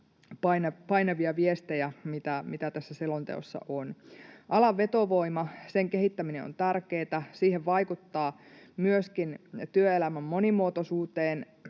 painavia viestejä, joita tässä selonteossa on. Alan vetovoima — sen kehittäminen on tärkeätä. Siihen vaikuttaa myöskin työelämän monimuotoisuuteen